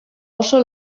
oso